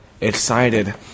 excited